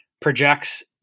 Projects